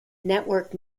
networked